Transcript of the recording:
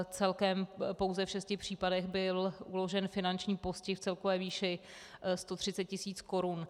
Celkem pouze v šesti případech byl uložen finanční postih v celkové výši 130 tisíc korun.